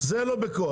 זה לא בכוח.